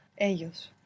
ellos